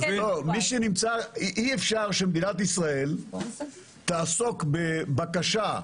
--- אי-אפשר שמדינת ישראל תעסוק בבקשה,